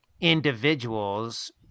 individuals